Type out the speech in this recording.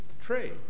trade